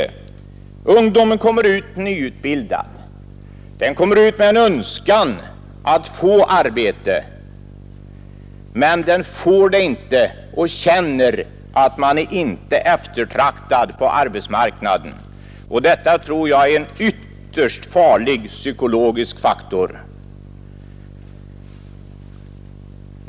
När ungdomen kommer ut nyutbildad och med en önskan att få arbete men inte får något sådant, känner den att den inte är eftertraktad på arbetsmarknaden. Detta tror jag är en ytterst farlig psykologisk faktor.